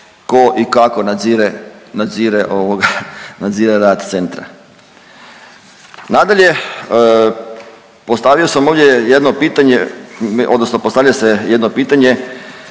tko i kako nadzire rad centra. Nadalje, postavio sam ovdje jedno pitanje, odnosno postavlja se jedno pitanje